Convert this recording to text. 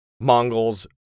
Mongols